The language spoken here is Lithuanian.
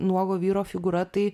nuogo vyro figūra tai